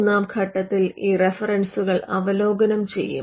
മൂന്നാം ഘട്ടത്തിൽ ഈ റഫറൻസുകൾ അവലോകനം ചെയ്യും